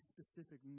specific